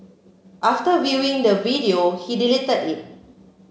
after viewing the video he deleted it